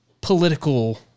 political